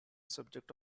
subject